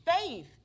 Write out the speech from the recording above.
faith